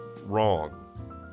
wrong